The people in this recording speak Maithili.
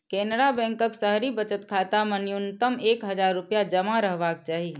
केनरा बैंकक शहरी बचत खाता मे न्यूनतम एक हजार रुपैया जमा रहबाक चाही